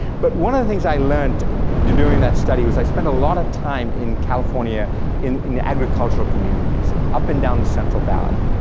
but one of the things i learned during that study was i spent a lot of time in california in agricultural communities, up and down the central valley.